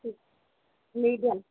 medium